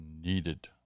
needed